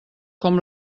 com